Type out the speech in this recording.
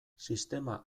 sistema